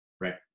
Right